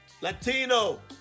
Latino